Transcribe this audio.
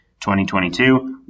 2022